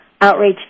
outrage